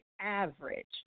average